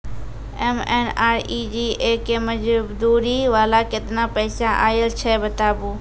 MNREGA के मज़दूरी वाला केतना पैसा आयल छै बताबू?